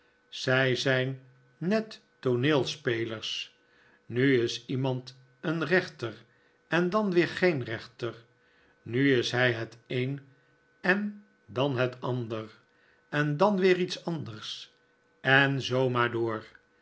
zij zijn net tooneelspelers nu is iemand een rechter en dan weer geen rechter nu is hij het een en dan het ander en dan weer iets anders en zoo maar door